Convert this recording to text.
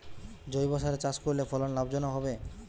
জৈবসারে চাষ করলে ফলন লাভজনক হবে?